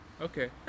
Okay